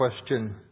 question